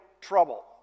trouble